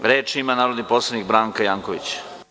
Reč ima narodni poslanik Branka Janković.